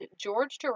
George